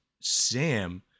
Sam